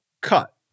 cut